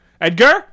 Edgar